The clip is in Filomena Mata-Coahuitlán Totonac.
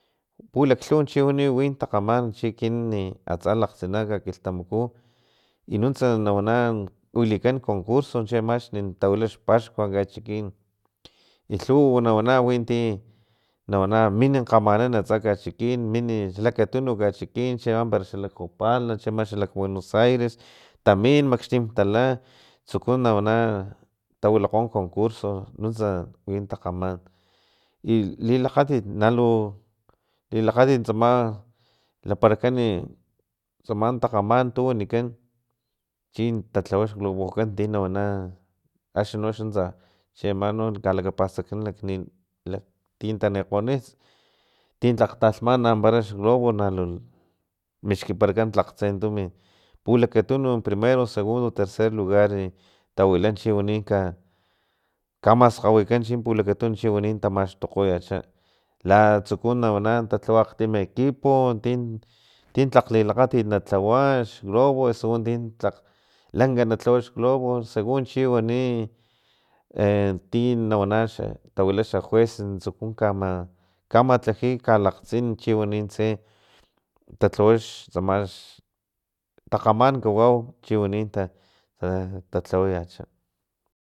Pulaklhuwa chi wani liwi takgaman chi ekinan atsa lakgtsina kakilhtamaku y nuntsa na wana wilikan concurso chiama xala tawila xpaxkua kachikin i lhuwa na wana winti nawana min kgamanan atsa kachikin nin lakatunu kachikin chiama para xalak jolapa ama xalak buenos aires tamin makxtim tala tsuku na wana tawilakgo concurso nuntsa win takgaman i lilakgatit nalu lilakgatit tsama lparakan tsama takgamantu wanikan chin talhawa xlobokan ti nawana aknino xa chiama kinkatalakapastakan kak nin ti tanikgoni pus ti tlak talhman ampara xglobo nalu miskiparakan tlaktse tumin pulakatunu primero segundo tercer lugar tawila chiwani ka kamaskgawikan pulakatunu chi wani tamaxtokgoyacha latsuku nawana na lhawa akgtim ekipo tin tintlak lilakgatit na tlawa xglobo oti tlak lanka na lhawa xglobo segun chiwani eti nawana tawila xa juez tsuku ka kamatlaji na kalatsin chiwanin tse tatlawa xtsama xtakgaman kawau chiwani ta talhawayacha